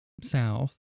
South